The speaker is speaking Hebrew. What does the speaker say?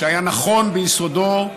שהיה נכון ביסודו,